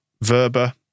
Verba